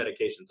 medications